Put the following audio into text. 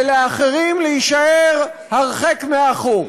ולאחרים להישאר הרחק מאחור.